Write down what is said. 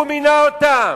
הוא מינה אותן,